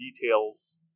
details